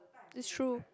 it's true